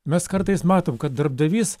mes kartais matom kad darbdavys